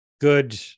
good